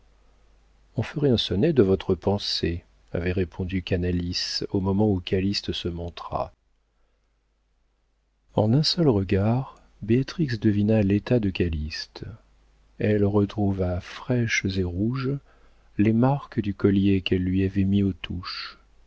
on ferait un sonnet de votre pensée avait répondu canalis au moment où calyste se montra en un seul regard béatrix devina l'état de calyste elle retrouva fraîches et rouges les marques du collier qu'elle lui avait mis aux touches